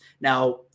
Now